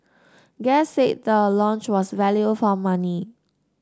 guests said the lounge was value for money